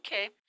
okay